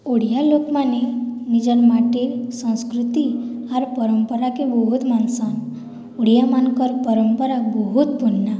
ଓଡ଼ିଆ ଲୋକମାନେ ନିଜର ମାଟି ସଂସ୍କୃତି ଆର୍ ପରମ୍ପରାକେ ବହୁତ ମାନସନ୍ ଓଡ଼ିଆ ମାନଙ୍କର ପରମ୍ପରା ବହୁତ ପୁରୁଣା